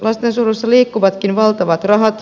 lastensuojelussa liikkuvatkin valtavat rahat